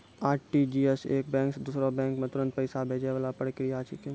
RTGS एक bank से दूसरो बैंक मे तुरंत पैसा भैजै वाला प्रक्रिया छिकै